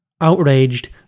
Outraged